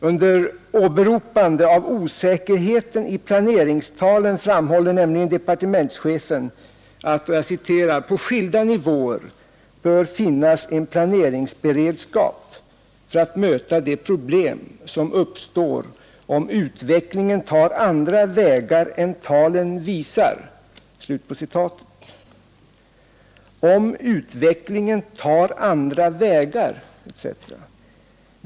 Under åberopande av osäkerheten i planeringstalen framhåller nämligen departementschefen att ”på skilda nivåer finnas en planeringsberedskap för att möta de problem som uppstår om utvecklingen tar andra vägar än talen visar”. Om utvecklingen tar andra vägar!